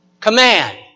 Command